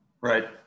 Right